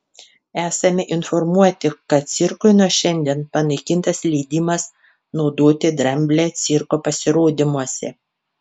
esame informuoti kad cirkui nuo šiandien panaikintas leidimas naudoti dramblę cirko pasirodymuose